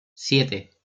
siete